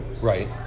right